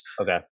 Okay